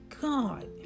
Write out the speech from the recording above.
God